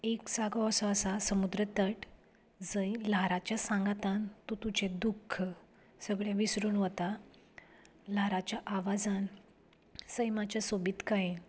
एक जागो असो आसा समूद्र तट जंय ल्हाराच्या सांगातान तूं तुजें दुख्ख सगळें विसरून वता ल्हारांच्या आवाजान सैमाच्या सोबीतकायेन